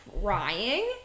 crying